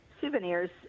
Souvenirs